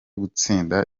gutsinda